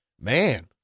man